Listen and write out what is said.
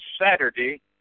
Saturday